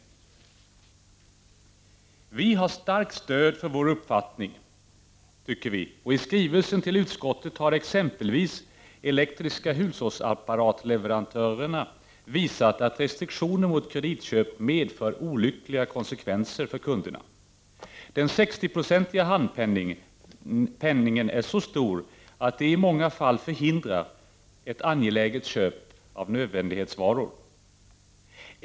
Vi anser att vi har starkt stöd för vår uppfattning, och i skrivelser till utskottet har exempelvis Elektriska Hushållsapparatleverantörer visat att restriktioner mot kreditköp medför olyckliga konsekvenser för kunderna. Den 60-procentiga handpenningen är så stor att den i många fall förhindrar ett angeläget köp av nödvändighetsvaror.